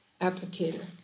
applicator